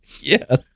Yes